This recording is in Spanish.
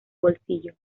bolsillo